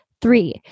Three